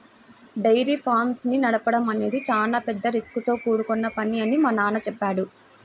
dairy farms ని నడపడం అనేది చాలా పెద్ద రిస్కుతో కూడుకొన్న పని అని మా నాన్న చెప్పాడు